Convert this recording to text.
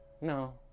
no